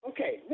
Okay